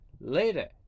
later